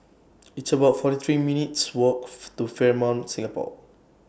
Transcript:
It's about forty three minutes' Walk to Fairmont Singapore